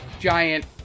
giant